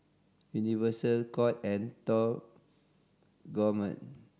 Universal Court and Top Gourmet